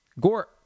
Gore